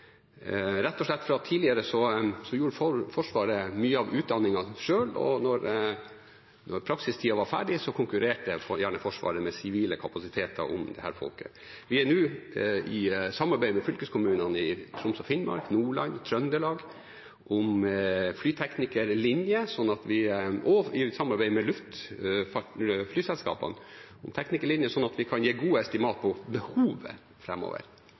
tidligere sto Forsvaret for mye av utdanningene selv, og når praksistida var ferdig, konkurrerte gjerne Forsvaret med sivile kapasiteter om disse folkene. Vi er nå i samarbeid med fylkeskommunene i Troms og Finnmark, Nordland, Trøndelag og også med luftfarten, flyselskapene, om flyteknikerlinje, sånn at vi kan gi gode estimater på behovet framover. Det har ført til at vi nå antakelig vil øke antallet linjer på disse feltene, slik at vi har flere å velge mellom når behovet